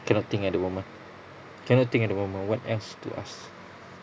cannot think at the moment cannot think at the moment what else to ask